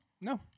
No